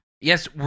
yes